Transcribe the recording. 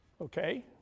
Okay